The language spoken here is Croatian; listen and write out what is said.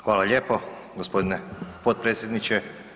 Hvala lijepo gospodine potpredsjedniče.